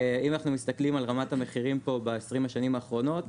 אם אנחנו מסתכלים על רמת המחירים פה ב-20 השנים האחרונות,